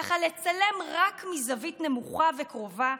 כך לצלם רק מזווית נמוכה וקרובה,